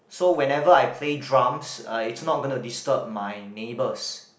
so whenever I play drums uh is not gonna to disturb my neighbours